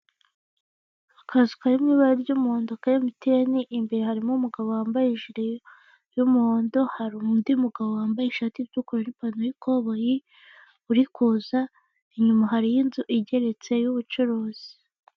Akazi kari mu ibara ry'umuhondo ka Emutiyeni, imbere hari umugabo wambaye ijiri y'umuhondo, hari undi mugabo wambaye ishati itukura n'ipantaro y'ikoboyi uri kuza, inyuma hariyo inzu igeretse y'ubucuruzi.